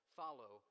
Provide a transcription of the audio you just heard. follow